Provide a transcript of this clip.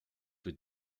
für